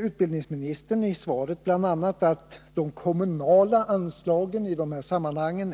Utbildningsministern säger i svaret: ”De kommunala anslagen